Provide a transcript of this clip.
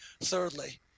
thirdly